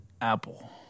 Apple